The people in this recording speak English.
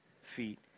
feet